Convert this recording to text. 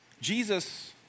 Jesus